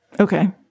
Okay